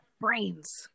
brains